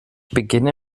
beginne